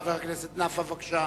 חבר הכנסת נפאע, בבקשה.